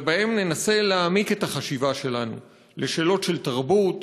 אלא גם ננסה להעמיק את החשיבה שלנו לשאלות של תרבות,